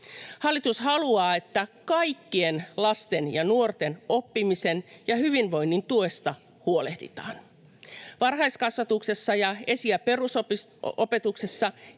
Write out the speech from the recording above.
Hallitus haluaa, että kaikkien lasten ja nuorten oppimisen ja hyvinvoinnin tuesta huolehditaan. Varhaiskasvatuksessa ja esi- ja perusopetuksessa